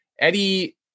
Eddie